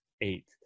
eight